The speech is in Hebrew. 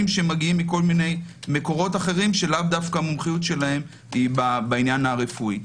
שמגיעים מכל מיני מקורות אחרים שלאו דווקא המומחיות שלהם בעניין הרפואי.